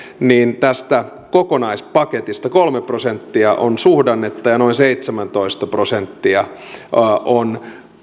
tästä kokonaispaketista kolme prosenttia on suhdannetta ja noin seitsemäntoista prosenttia on